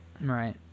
Right